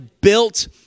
built